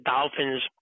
Dolphins